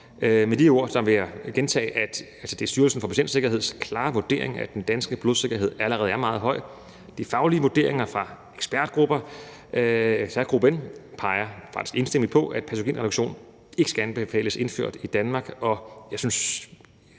Med de ord vil jeg gentage, at det er Styrelsen for Patientsikkerheds klare vurdering, at den danske blodsikkerhed allerede er meget høj. De faglige vurderinger fra ekspertgruppen peger faktisk enstemmigt på, at patogenreduktion ikke skal anbefales indført i Danmark. Og jeg synes,